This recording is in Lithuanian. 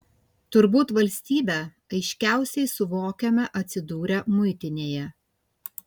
turbūt valstybę aiškiausiai suvokiame atsidūrę muitinėje